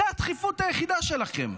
זאת הדחיפות היחידה שלכם.